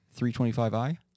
325i